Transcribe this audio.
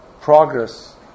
progress